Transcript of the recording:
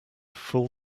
full